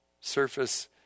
surface